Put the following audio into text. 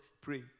pray